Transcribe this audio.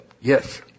Yes